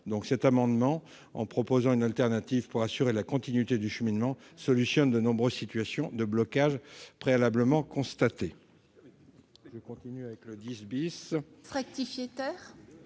loi. Cet amendement, en comportant une alternative pour assurer la continuité du cheminement, vise à résoudre de nombreuses situations de blocage préalablement constatées.